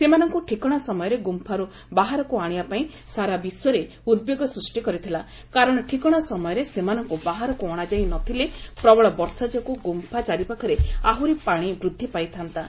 ସେମାନଙ୍କୁ ଠିକଣା ସମୟରେ ଗୁମ୍ଫାରୁ ବାହାରକୁ ଆଣିବା ପାଇଁ ସାରା ବିଶ୍ୱରେ ଉଦ୍ବେଗ ସୃଷ୍ଟି କରିଥିଲା କାରଣ ଠିକଣା ସମୟରେ ସେମାନଙ୍କୁ ବାହାରକୁ ଅଣାଯାଇ ନଥିଲେ ପ୍ରବଳ ବର୍ଷା ଯୋଗୁଁ ଗୁମ୍ଫା ଚାରିପାଖରେ ଆହୁରି ପାଣି ବୃଦ୍ଧି ପାଇଥାନ୍ତା